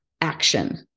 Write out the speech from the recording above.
action